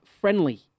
friendly